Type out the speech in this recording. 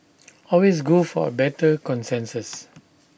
always go for A better consensus